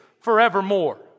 forevermore